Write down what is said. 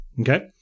okay